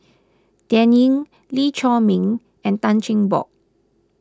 Dan Ying Lee Chiaw Meng and Tan Cheng Bock